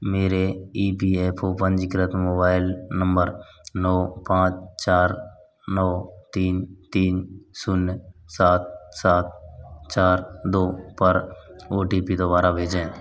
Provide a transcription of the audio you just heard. मेरे E P F O पंजीकृत mobile number नौ पाँच चार नौ तीन तीन शून्य सात सात चार दो पर ओ टी पी दोबारा भेजें